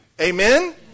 Amen